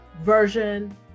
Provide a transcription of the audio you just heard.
version